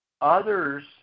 Others